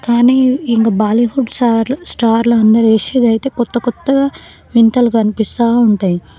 కానీ ఇంక బాలీవుడ్ స్టార్ స్టార్లు అందరూ ఏసేదైతే కొత్తకొత్తగా వింతలు కనిపిస్తా ఉంటాయి